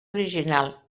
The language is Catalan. original